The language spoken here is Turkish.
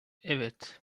evet